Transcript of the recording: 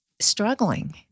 struggling